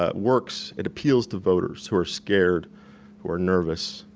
ah works, it appeals to voters who are scared who are nervous,